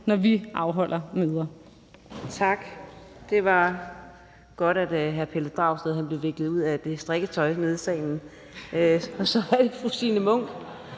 (Karina Adsbøl): Tak. Det var godt, at hr. Pelle Dragsted blev viklet ud af det strikketøj nede i salen. Så er det fru Signe Munk,